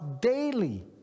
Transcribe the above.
daily